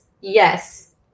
yes